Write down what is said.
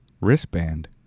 wristband